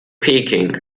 peking